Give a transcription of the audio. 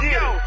yo